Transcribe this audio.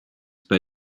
bei